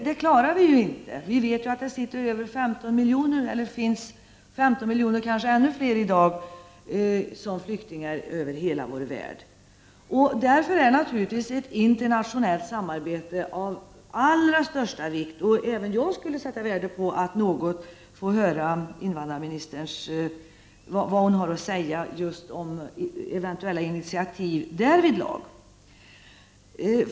Det klarar vi inte — det finns 15 miljoner flyktingar, kanske ännu fler, över hela världen i dag. Därför är ett internationellt samarbete naturligtvis av allra största vikt. Även jag skulle sätta värde på att få höra vad invandrarministern har att säga just om eventuella initiativ därvidlag.